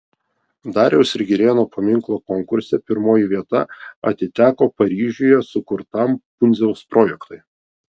dariausi ir girėno paminklo konkurse pirmoji vieta atiteko paryžiuje sukurtam pundziaus projektui